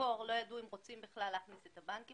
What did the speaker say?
שבמקור לא ידעו אם רוצים בכלל להכניס את הבנקים,